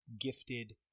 Gifted